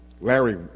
Larry